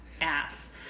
ass